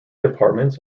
departments